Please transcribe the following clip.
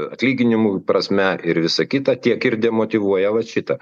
atlyginimų prasme ir visa kita tiek ir demotyvuoja vat šitą